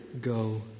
go